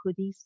hoodies